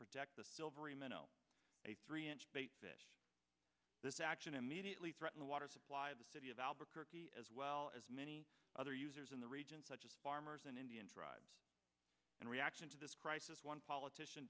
protect the silvery mineral a three inch bait fish this action immediately threaten the water supply the city of albuquerque as well as many other users in the region such as farmers and indian tribes in reaction to this crisis one politician